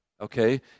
okay